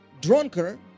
drunker